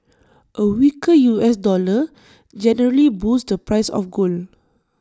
A weaker U S dollar generally boosts the price of gold